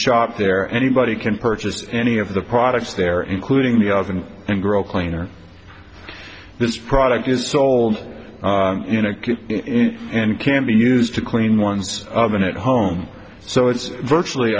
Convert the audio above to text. shop there anybody can purchase any of the products there including the oven and grow cleaner this product is sold and can be used to clean one's oven at home so it's virtually